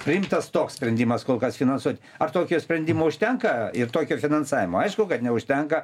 priimtas toks sprendimas kol kas finansuot ar tokio sprendimo užtenka ir tokio finansavimo aišku kad neužtenka